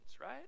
right